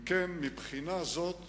מבחינה זאת